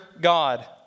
God